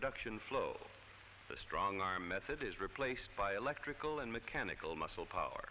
production flow the strong arm method is replaced by electrical and mechanical muscle power